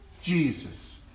Jesus